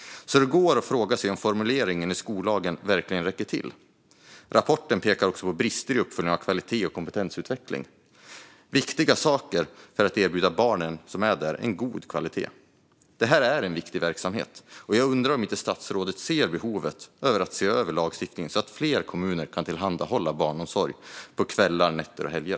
Det går därför att fråga sig om formuleringen i skollagen verkligen räcker till. I rapporten pekas också på brister i uppföljning av kvalitet och kompetensutveckling, något som är viktigt för att erbjuda barnen som är där en god kvalitet. Detta är en viktig verksamhet, och jag undrar om inte statsrådet ser behov av att se över lagstiftningen, så att fler kommuner kan tillhandahålla barnomsorg på kvällar, nätter och helger.